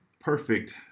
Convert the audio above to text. perfect